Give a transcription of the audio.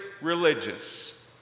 religious